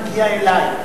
מגיע אלי.